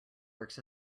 works